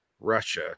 russia